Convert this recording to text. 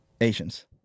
Asians